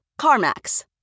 CarMax